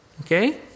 okay